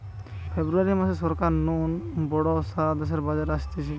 ফেব্রুয়ারী মাসে সরকার নু বড় সারা দেশের বাজেট অসতিছে